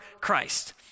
Christ